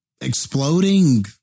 exploding